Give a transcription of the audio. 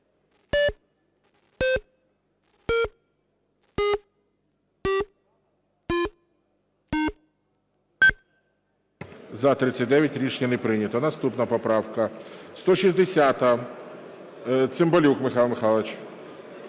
За-39 Рішення не прийнято. Наступна поправка 160-а. Цимбалюк Михайло Михайлович.